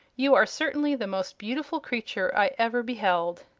you are certainly the most beautiful creature i ever beheld.